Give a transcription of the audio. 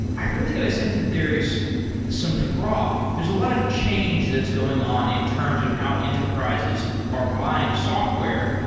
i've really got a sense that there is some froth. there's a lot of change that's going on in terms of how enterprises are buying software.